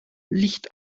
licht